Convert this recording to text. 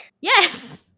Yes